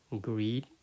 Greed